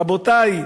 רבותי,